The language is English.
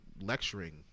lecturing